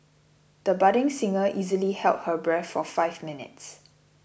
the budding singer easily held her breath for five minutes